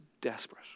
desperate